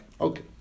okay